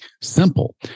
Simple